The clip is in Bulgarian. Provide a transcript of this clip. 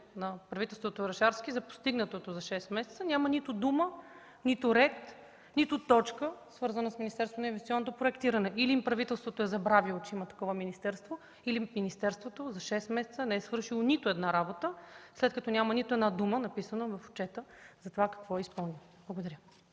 на правителството „Орешарски” за постигнатото за шест месеца няма нито дума, нито ред, нито точка, свързана с Министерството на инвестиционното проектиране. Или правителството е забравило, че има такова министерство, или министерството за шест месеца не е свършило нито една работа, след като в отчета няма нито една написана дума какво е изпълнило. Благодаря.